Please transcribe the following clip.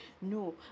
No